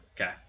Okay